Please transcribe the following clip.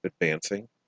advancing